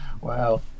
Wow